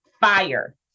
fire